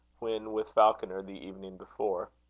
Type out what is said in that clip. when with falconer, the evening before.